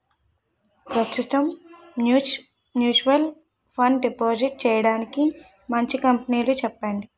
ప్రస్తుతం mutual fund deposit చేయడానికి మంచి కంపెనీలు చెప్పండి